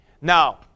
Now